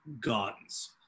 guns